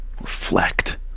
reflect